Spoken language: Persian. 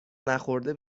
نخورده